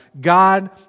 God